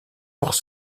hors